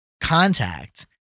contact